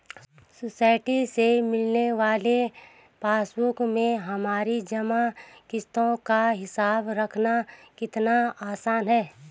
society से मिलने वाली पासबुक में हमारी जमा किश्तों का हिसाब रखना कितना आसान है